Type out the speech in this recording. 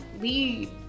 lead